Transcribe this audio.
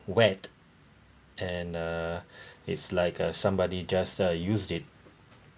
wet and uh it's like uh somebody just uh used it